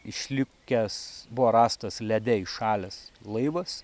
išlikęs buvo rastas lede įšalęs laivas